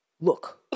Look